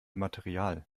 material